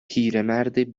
پیرمرد